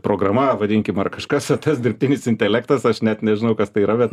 programa vadinkim ar kažkas tas dirbtinis intelektas aš net nežinau kas tai yra bet